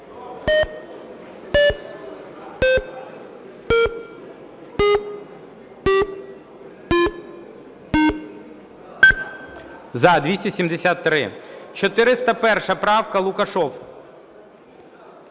За-273 401 правка. Лукашев.